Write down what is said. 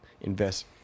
invest